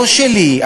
לא שלי,